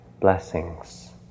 Blessings